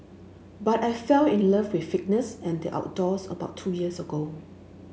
but I fell in love with fitness and the outdoors about two years ago